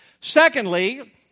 Secondly